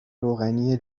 روغنی